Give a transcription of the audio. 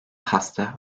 hasta